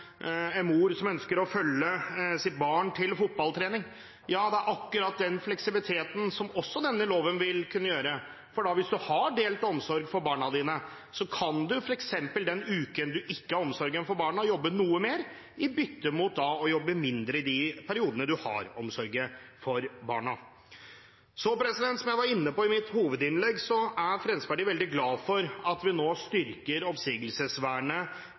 en mor som ønsker å følge sitt barn til fotballtrening. Ja, det er akkurat denne fleksibiliteten som loven vil kunne gi. Hvis du har delt omsorg for barna dine, kan du f.eks. den uken du ikke har omsorgen for barna, jobbe noe mer i bytte mot å jobbe mindre i de periodene du har omsorgen for barna. Som jeg var inne på i mitt hovedinnlegg, er Fremskrittspartiet veldig glad for at vi nå styrker oppsigelsesvernet